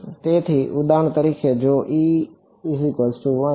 તેથી ઉદાહરણ તરીકે જો આ છે